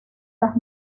las